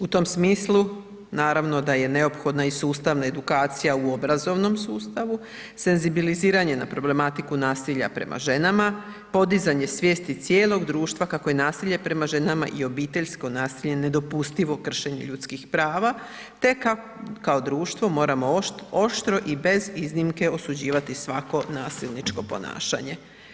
U tom smislu, naravno da je neophodno i sustavna edukacija u obrazovnom sustavu, senzibiliziranje na problematiku nasilja prema ženama, podizanje svijesti cijelog društva kako je nasilje prema ženama i obiteljsko nasilje nedopustivo kršenje ljudskih prava te kao društvo moramo oštro i bez iznimke osuđivati svako nasilničko ponašanje.